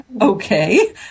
okay